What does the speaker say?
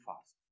fast